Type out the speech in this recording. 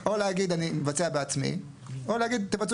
או להגיד: ״אני מבצע בעצמי.״ או להגיד: ״תבצעו